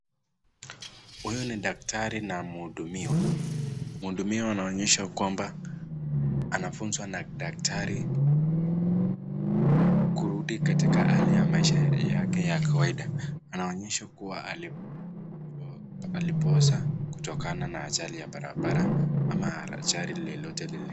Huyu ni daktari na mhidumiwa, mhudumiwa anaonyeshwa kwamba anafunzwa na daktari kurudi katika hali ya maisha yake ya kawaida, anaonyeshwa kuwa alipooza kutokana na ajali ya barabara ama ajali lolote.